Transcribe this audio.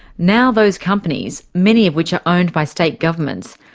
now those companies, many of which are owned by state governments,